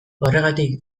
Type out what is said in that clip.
horregatik